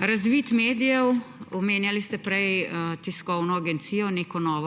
Razvid medijev. Omenjali ste prej neko novo tiskovno agencijo,